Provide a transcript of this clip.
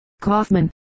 Kaufman